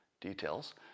details